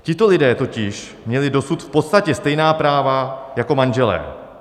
Tito lidé totiž měli dosud v podstatě stejná práva jako manželé.